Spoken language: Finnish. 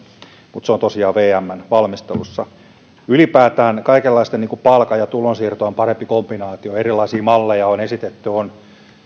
mutta se on tosiaan vmn valmistelussa ylipäätään palkan ja kaikenlaisten tulonsiirtojen parempaan kombinaatioon erilaisia malleja on esitetty on